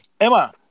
Emma